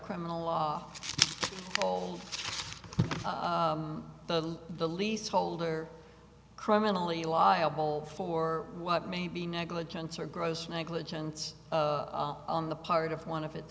criminal law the the leaseholder criminally liable for what may be negligence or gross negligence on the part of one of its